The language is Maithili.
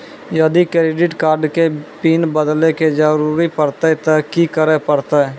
यदि क्रेडिट कार्ड के पिन बदले के जरूरी परतै ते की करे परतै?